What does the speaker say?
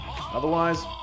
Otherwise